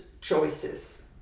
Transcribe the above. choices